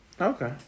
okay